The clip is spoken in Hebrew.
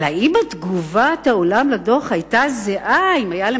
אבל האם תגובת העולם לדוח היתה זהה אילו היה,